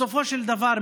בסופו של דבר,